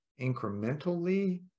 incrementally